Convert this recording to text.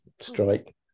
strike